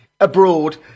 abroad